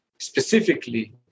Specifically